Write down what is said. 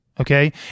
Okay